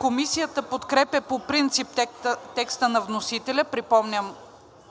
Комисията подкрепя по принцип текста на вносителя, припомням